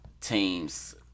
Teams